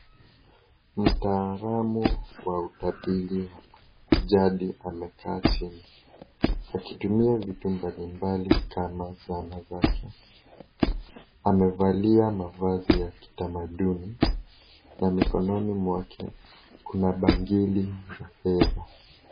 Mtaalamu wa utabiri wa jadi amekaa chini, akitumia vitu mbalimbali kama zana zake. Amevalia mavazi ya kitamaduni na mikononi mwake kuna bangili za fedha.